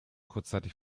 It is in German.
kurzzeitig